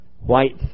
white